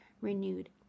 renewed